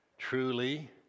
Truly